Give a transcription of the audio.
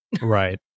Right